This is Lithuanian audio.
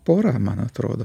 pora man atrodo